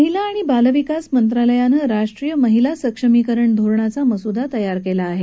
महिला आणि बालविकास मंत्रालयानं राष्ट्रीय महिला सक्षमीकरण धोरणाचा मसुदा तयार केला आहे